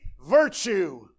virtue